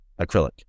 acrylic